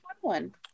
one